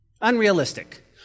Unrealistic